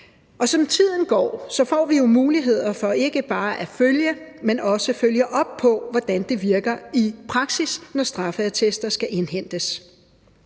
for ikke bare at følge, men også følge op på, hvordan det virker i praksis, når straffeattester skal indhentes.